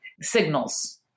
signals